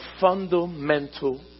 fundamental